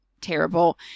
terrible